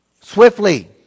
swiftly